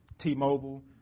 T-Mobile